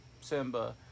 Simba